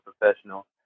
professional